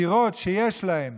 דירות שיש להן